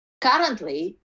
currently